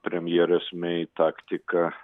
premjerės mei taktika